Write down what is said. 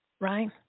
right